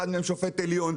אחד מהם שופט עליון,